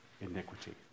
iniquity